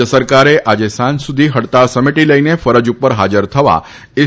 રાજ્ય સરકારે આજે સાંજ સુધી હડતાળ સમેટી લઇને ફરજ ઉપર હાજર થવા એસ